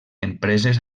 empreses